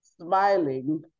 smiling